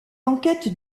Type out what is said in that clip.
enquêtes